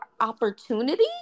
opportunity